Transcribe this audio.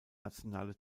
nationale